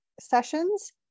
sessions